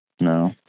no